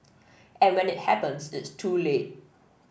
and when it happens it's too late